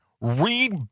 Read